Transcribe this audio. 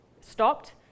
stopped